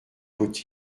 faut